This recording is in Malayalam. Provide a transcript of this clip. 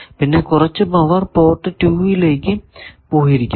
പിന്നെ കുറച്ചു പവർ പോർട്ട് 2 ലേക്ക് പോയിരിക്കുന്നു